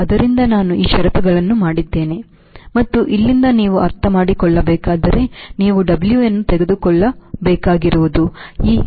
ಆದ್ದರಿಂದ ನಾನು ಈ ಷರತ್ತುಗಳನ್ನು ಮಾಡಿದ್ದೇನೆ ಮತ್ತು ಇಲ್ಲಿಂದ ನೀವು ಅರ್ಥಮಾಡಿಕೊಳ್ಳಬೇಕಾದರೆ ನೀವು W ಅನ್ನು ತೆಗೆದುಕೊಳ್ಳಬೇಕಾಗಿರುವುದು ಈ 0